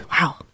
Wow